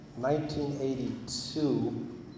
1982